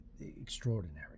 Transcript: extraordinary